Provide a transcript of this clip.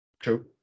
True